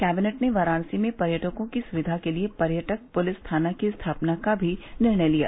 cabinet ने वाराणसी में पर्यटकों की सुविधा के लिए पर्यटक पुलिस थाना की स्थापना का भी निर्णय लिया